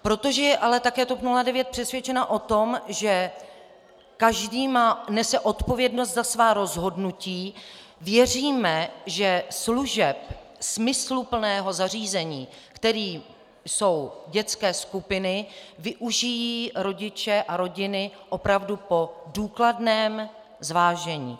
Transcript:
Protože je ale TOP 09 přesvědčena také o tom, že každý nese odpovědnost za svá rozhodnutí, věříme, že služeb smysluplného zařízení, kterým jsou dětské skupiny, využijí rodiče a rodiny opravdu po důkladném zvážení.